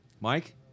Mike